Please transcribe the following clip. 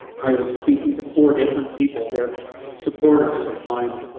i was speaking to four different people. they're supporters of mine